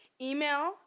email